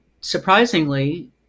surprisingly